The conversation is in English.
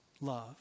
love